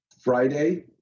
Friday